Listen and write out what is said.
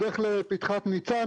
בדרך לפתחת ניצנה,